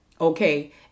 Okay